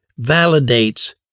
validates